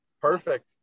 Perfect